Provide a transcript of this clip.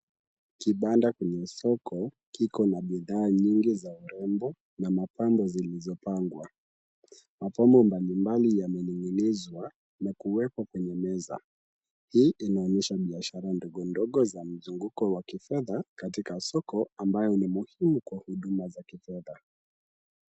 Kibanda kwenye soko kiko na bidhaa nyingi za urembo na mapambo zilizopangwa. Mapambo mbalimbali yamening'inizwa na kuwekwa kwenye meza. Hii inaonyesha biashara ndogo ndogo za mzunguko wa kifedha katika soko ambayo ni muhimu kwa huduma za kifedha.